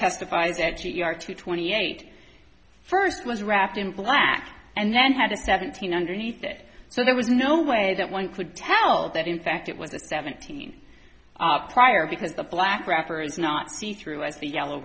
testifies that you are twenty eight first was wrapped in black and then had a seventeen underneath it so there was no way that one could tell that in fact it was a seventeen prior because the black rappers not see through as the yellow